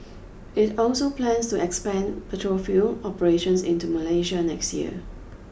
it also plans to expand petrol fuel operations into Malaysia next year